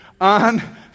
On